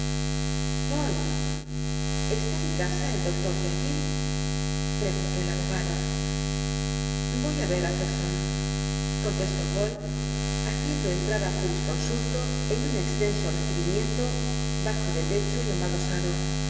está en casa el dr jekyll preguntó el abogado voy á ver utterson contestó poole haciendo entrar al jurisconsulto en un extenso recibimiento bajo de techo y embaldosado